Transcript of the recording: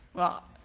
well,